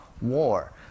war